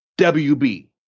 WB